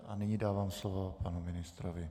A nyní dávám slovo panu ministrovi.